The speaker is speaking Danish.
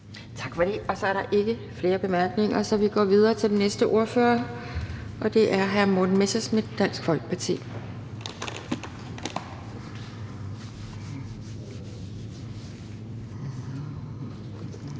Tak for det. Og så er der ikke flere bemærkninger. Så går vi videre til den næste ordfører, og det er hr. Morten Messerschmidt, Dansk Folkeparti.